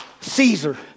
Caesar